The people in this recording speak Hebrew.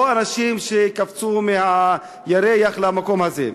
אלה לא אנשים שקפצו מהירח למקום הזה.